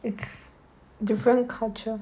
it's different culture